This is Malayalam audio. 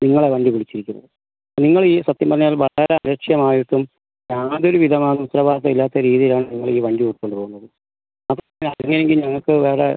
നിങ്ങളെ വണ്ടി വിളിച്ചിരിക്കുന്നത് നിങ്ങൾ ഈ സത്യം പറഞ്ഞാൽ വളരെ അലക്ഷ്യമായിട്ടും യാതൊരു വിധമാം ഉത്തരവാദിത്തം ഇല്ലാത്ത രീതിയിലാണ് നിങ്ങൾ ഈ വണ്ടി ഓടിച്ചു കൊണ്ട് പോകുന്നത് അപ്പോൾ അങ്ങനെയെങ്കിൽ ഞങ്ങൾക്ക് വേറെ